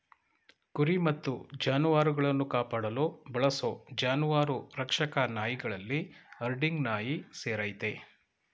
ಕುರಿ ಮತ್ತು ಜಾನುವಾರುಗಳನ್ನು ಕಾಪಾಡಲು ಬಳಸೋ ಜಾನುವಾರು ರಕ್ಷಕ ನಾಯಿಗಳಲ್ಲಿ ಹರ್ಡಿಂಗ್ ನಾಯಿ ಸೇರಯ್ತೆ